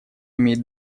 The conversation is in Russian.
имеет